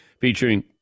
featuring